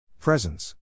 Presence